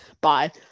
Bye